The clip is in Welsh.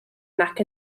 nac